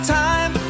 time